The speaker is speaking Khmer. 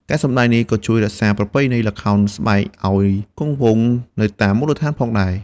ការសម្តែងនេះក៏ជួយរក្សាប្រពៃណីល្ខោនស្បែកឱ្យគង់វង្សនៅតាមមូលដ្ឋានផងដែរ។